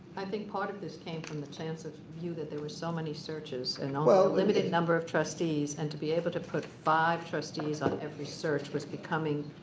i think part of this came from the chancellor's view that there were so many searches and although limited number of trustees and to be able to put five trustees on every search was becoming